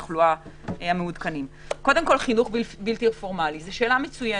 קודם כל, חינוך בלתי פורמלי שאלה מצוינת.